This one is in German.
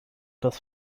das